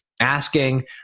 asking